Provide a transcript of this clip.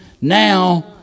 now